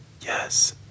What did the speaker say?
Yes